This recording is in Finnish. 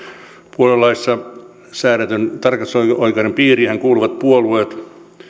puoluelaissa säädetyn tarkastusoikeuden piiriinhän kuuluvat puolueet